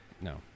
no